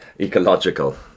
ecological